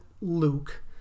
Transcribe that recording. Luke